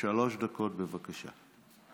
שלוש דקות, בבקשה.